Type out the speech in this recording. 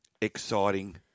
exciting